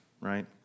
right